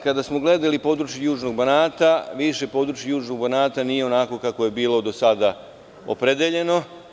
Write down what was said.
Kada smo gledali područje Južnog Banata, više područje Južnog Banata nije onakvo kakvo je bilo do sada opredeljeno.